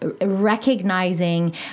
recognizing